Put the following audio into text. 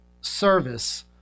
service